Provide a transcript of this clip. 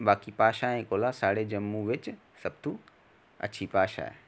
बाकी भाशाएं कोला साढ़े बिच सबतूं अच्छी भाशा ऐ